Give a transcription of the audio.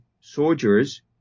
soldiers